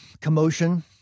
commotion